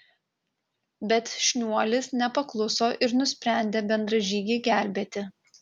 bet šniuolis nepakluso ir nusprendė bendražygį gelbėti